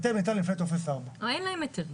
היתר ניתן לפני טופס 4. אבל אין להם היתרים.